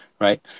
right